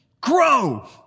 grow